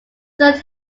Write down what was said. third